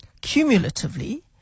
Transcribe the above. cumulatively